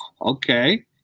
okay